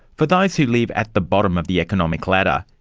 for those who live at the bottom of the economic ladder,